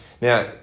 Now